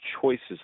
choices